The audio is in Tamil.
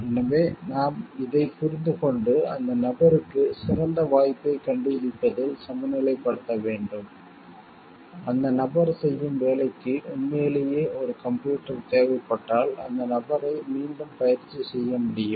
எனவே நாம் இதைப் புரிந்துகொண்டு அந்த நபருக்கு சிறந்த வாய்ப்பைக் கண்டுபிடிப்பதில் சமநிலைப்படுத்த வேண்டும் அந்த நபர் செய்யும் வேலைக்கு உண்மையிலேயே ஒரு கம்ப்யூட்டர் தேவைப்பட்டால் அந்த நபரை மீண்டும் பயிற்சி செய்ய முடியும்